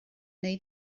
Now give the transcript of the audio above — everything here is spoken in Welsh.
wnei